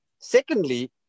Secondly